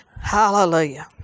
Hallelujah